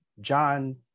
John